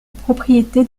propriété